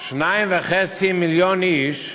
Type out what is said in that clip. כספים להתנחלויות.